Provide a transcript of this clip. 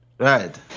Right